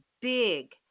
big